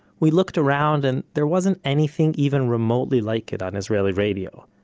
we looked around and there wasn't anything even remotely like it on israeli radio,